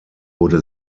wurde